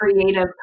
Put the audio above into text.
creative